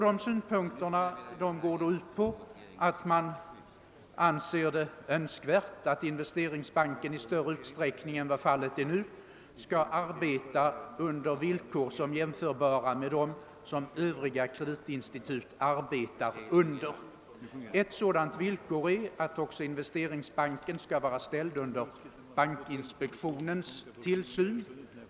De synpunkterna går ut på att vi anser det önskvärt att Investeringsbanken i större utsträckning än vad som nu är fallet skall arbeta under villkor som är jämförbara med dem som gäller för övriga kreditinstitut. Ett sådant villkor är att också Investeringsbanken skall vara ställd under bankinspektionens tillsyn.